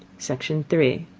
section three.